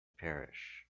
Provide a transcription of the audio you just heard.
perish